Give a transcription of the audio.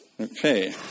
Okay